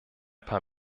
paar